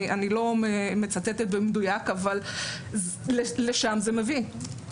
אני לא מצטטת במדויק אבל לשם זה מביא.